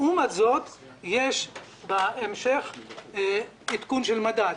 לעומת זאת יש בהמשך עדכון של מדד.